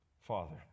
Father